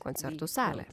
koncertų salė